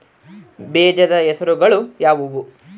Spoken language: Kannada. ಬೇಜದ ಹೆಸರುಗಳು ಯಾವ್ಯಾವು?